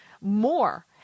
more